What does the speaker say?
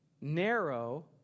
narrow